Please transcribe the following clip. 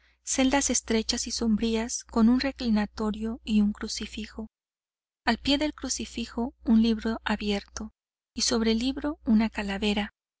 celdas estrechas y sombrías con un reclinatorio y un crucifijo al pie del crucifijo un libro abierto y sobre el libro una calavera